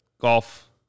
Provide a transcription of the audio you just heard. Golf